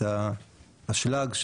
את האשלג,